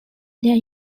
their